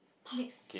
next